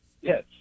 Yes